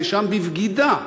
נאשם בבגידה,